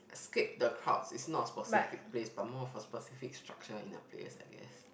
escape the crowds is not a specific place but more of a specific structure in a place I guess